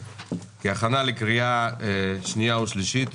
כהכנה לקריאה שנייה ושלישית.